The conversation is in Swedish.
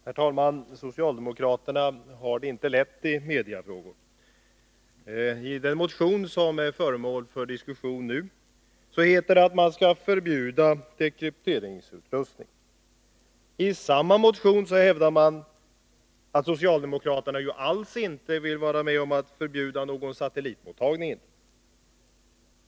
Herr talman! Socialdemokraterna har det inte lätt i mediefrågor. I den motion som nu är föremål för diskussion heter det att man skall förbjuda dekrypteringsutrustning. I samma motion hävdas det vidare att socialdemokraterna ju alls inte vill vara med om att förbjuda någon satellitmottagning.